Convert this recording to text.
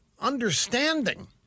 understanding